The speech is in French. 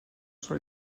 sur